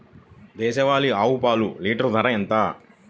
దేశవాలీ ఆవు పాలు లీటరు ధర ఎంత?